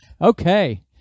Okay